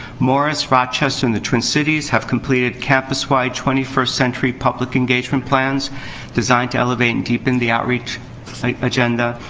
morris, rochester, and the twin cities have completed campus-wide twenty first century public engagement plans designed to elevate and deepen the outreach agenda.